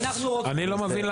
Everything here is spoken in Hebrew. אני לא מבין,